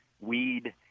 Weed